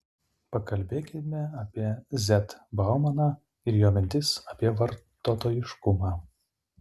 pakalbėkime apie z baumaną ir jo mintis apie vartotojiškumą